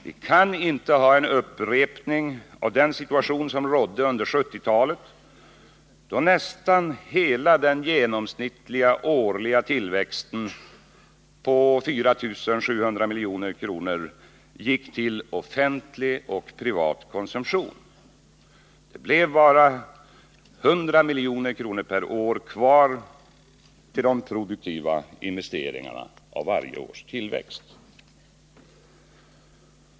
Vi kan inte ha en upprepning av den situation som rådde under 1970-talet, då nästan hela den genomsnittliga årliga tillväxten på 4 700 milj.kr. gick till offentlig och privat konsumtion och bara 100 milj.kr. blev kvar för produktiva investeringar.